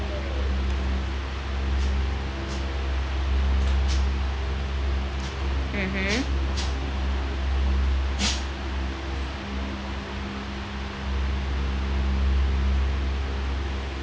mmhmm